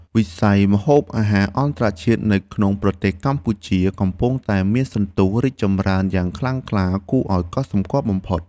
វិស័យម្ហូបអាហារអន្តរជាតិនៅក្នុងប្រទេសកម្ពុជាកំពុងតែមានសន្ទុះរីកចម្រើនយ៉ាងខ្លាំងក្លាគួរឱ្យកត់សម្គាល់បំផុត។